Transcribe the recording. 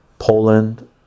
Poland